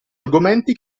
argomenti